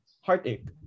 heartache